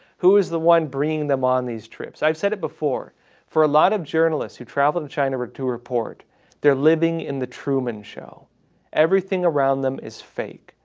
who is the one bringing them on these trips? i've said it before for a lot of journalists who traveled to china or to report their living in the truman show everything around them is fake.